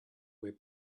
web